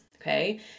okay